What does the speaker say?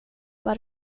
var